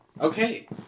Okay